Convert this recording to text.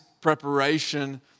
preparation